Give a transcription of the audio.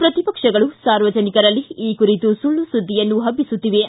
ಪ್ರತಿಪಕ್ಷಗಳು ಸಾರ್ವಜನಿಕರಲ್ಲಿ ಈ ಕುರಿತು ಸುಳ್ಳು ಸುದ್ದಿಯನ್ನು ಪಜ್ಜಿಸುತ್ತಿವೆ